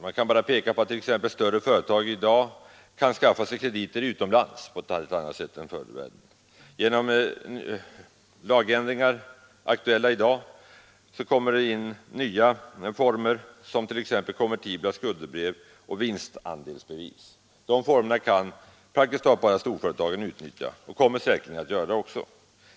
Jag kan peka på att större företag i dag kan skaffa sig krediter utomlands på ett annat sätt än förut. Genom lagändringar, aktuella i dag, kommer det in nya former, t.ex. konvertibla skuldebrev och vinstandelsbevis. De formerna kan praktiskt taget bara storföretagen utnyttja, och de kommer säkerligen också att göra det.